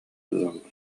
ыал